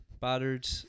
battered